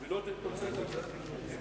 ולא תתפוצץ הפצצה.